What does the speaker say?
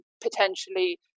potentially